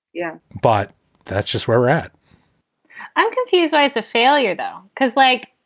yeah, but that's just where we're at i'm confused why it's a failure though, because, like,